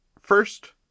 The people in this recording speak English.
First